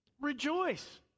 Rejoice